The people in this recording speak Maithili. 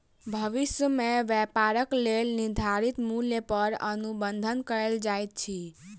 भविष्य में व्यापारक लेल निर्धारित मूल्य पर अनुबंध कएल जाइत अछि